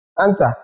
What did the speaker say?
Answer